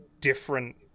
different